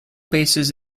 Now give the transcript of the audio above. bases